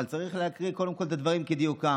אבל צריך להקריא קודם כול את הדברים כדיוקם: